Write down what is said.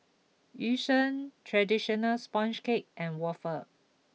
Yu Sheng Traditional Sponge Cake and Waffle